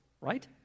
right